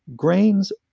grains,